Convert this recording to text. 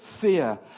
fear